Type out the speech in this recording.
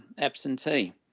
absentee